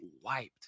wiped